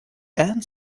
and